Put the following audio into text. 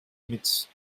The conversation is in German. mit